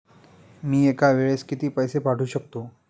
मी एका वेळेस किती पैसे पाठवू शकतो?